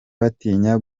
batinya